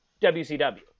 WCW